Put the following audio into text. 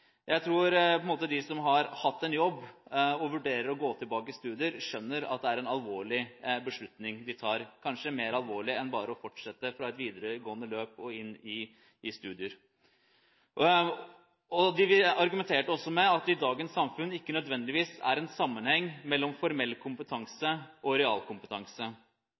Jeg tror at de som har hatt en jobb, og som vurderer å gå tilbake til studier, skjønner at det er en alvorlig beslutning de tar – kanskje mer alvorlig enn bare å fortsette fra et videregående løp og inn i studier. Karlsen-utvalget argumenterte også med at det i dagens samfunn ikke nødvendigvis er en sammenheng mellom formell kompetanse og realkompetanse.